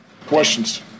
Questions